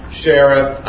sheriff